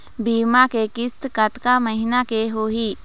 बीमा के किस्त कतका महीना के होही?